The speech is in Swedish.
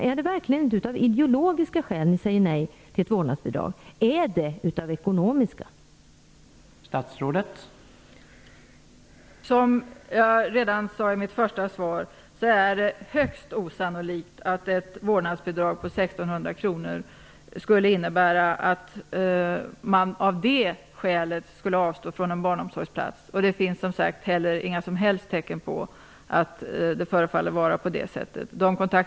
Är det verkligen av ideologiska skäl som ni säger nej till ett vårdnadsbidrag, eller är det av ekonomiska skäl?